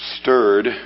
stirred